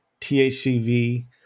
THCV